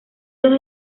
dos